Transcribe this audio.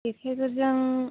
जेखाइफोरजों